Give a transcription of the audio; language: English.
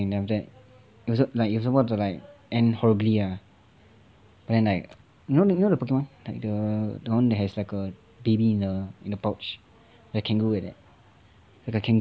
after that like it was about to like end horribly lah and then like you know you know the pokemon the one that has like the baby in the pouch like kangaroo like that like a kangaroo